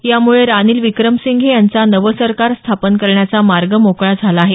यामुळे रानील विक्रमसिंघे यांचा नवं सरकार स्थापन करण्याचा मार्ग मोकळा झाला आहे